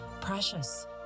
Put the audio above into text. precious